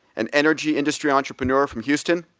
an energy industry entrepreneur from houston,